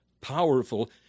powerful